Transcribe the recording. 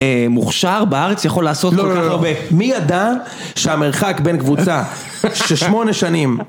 מוכשר בארץ יכול לעשות כל כך הרבה. מי ידע שהמרחק בין קבוצה ששמונה שנים...